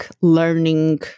learning